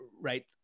right